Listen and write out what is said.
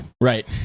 Right